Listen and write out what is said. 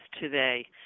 today